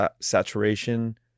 saturation